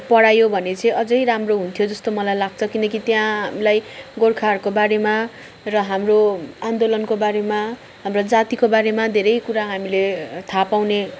पढायो भने चाहिँ अझ राम्रो हुन्थ्यो जस्तो मलाई लाग्छ किनकि त्यहाँ हामीलाई गोर्खाहरूको बारेमा र हाम्रो आन्दोलनको बारेमा हाम्रो जातिको बारेमा धेरै कुरा हामीले थाहा पाउने